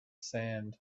sand